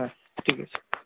হ্যাঁ ঠিক আছে